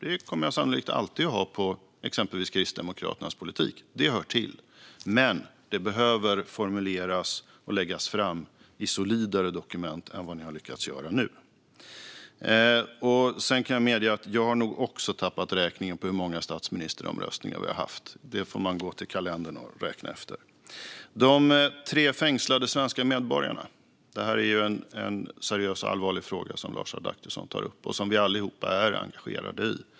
Jag kommer sannolikt alltid att ha synpunkter på exempelvis Kristdemokraternas politik - det hör till. Men detta behöver formuleras och läggas fram i solidare dokument än vad ni nu har lyckats göra. Jag kan medge att jag nog också har tappat räkningen på hur många statsministeromröstningar vi har haft. Man får gå till kalendern och räkna efter. Sedan gäller det de tre fängslade svenska medborgarna. Det är en seriös och allvarlig fråga som Lars Adaktusson tar upp och som vi allihop är engagerade i.